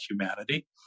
humanity